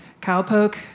cowpoke